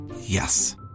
Yes